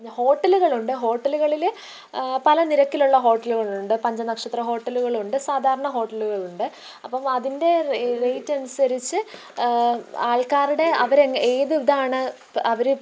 പിന്നെ ഹോട്ടലുകളുണ്ട് ഹോട്ടലുകളില് പല നിരക്കിലുള്ള ഹോട്ടലുകളുണ്ട് പഞ്ച നക്ഷത്ര ഹോട്ടലുകളുണ്ട് സാധാരണ ഹോട്ടലുകളുണ്ട് അപ്പോള് അതിൻ്റെ റേ റേയ്റ്റനുസരിച്ച് ആൾക്കാരുടെ അവരെങ്ങ ഏത് ഇതാണ് ഇപ്പോള് അവര്